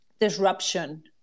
disruption